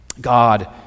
God